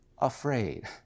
afraid